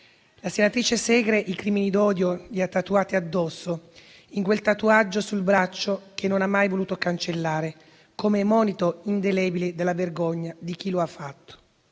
La senatrice Segre i crimini d'odio li ha tatuati addosso, in quel tatuaggio sul braccio che non ha mai voluto cancellare, come monito indelebile della vergogna di chi lo ha fatto.